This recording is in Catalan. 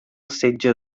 setge